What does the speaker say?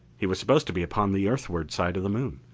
he was supposed to be upon the earthward side of the moon.